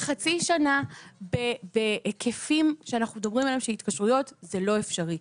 חצי שנה בהיקפים שאנחנו מדברים עליהם של התקשרויות זה לא אפשרי.